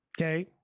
Okay